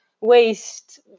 waste